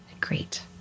Great